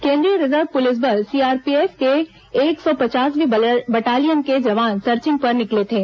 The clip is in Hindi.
केंद्रीय रिजर्व पुलिस बल सीआरपीएफ के एक सौ पचासवीं बटालियन के जवान सर्चिंग पर निकले थे